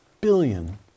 billion